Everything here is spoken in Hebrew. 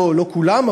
לא כולם,